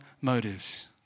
motives